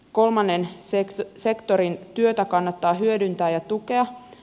kolmannen sektorin työtä kannattaa hyödyntää ja tukea